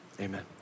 amen